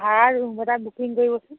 ভাল ৰুম এটা বুকিং কৰিবচোন